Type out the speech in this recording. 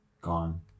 Gone